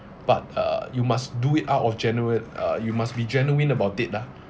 but uh you must do it out of genuine uh you must be genuine about it lah